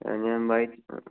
ആ ഞാൻ വായിച്ചിട്ടുണ്ട്